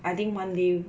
I think one day